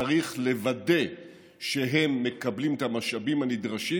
וצריך לוודא שהם מקבלים את המשאבים הנדרשים.